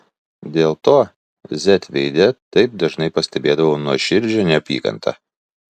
dėl to z veide taip dažnai pastebėdavau nuoširdžią neapykantą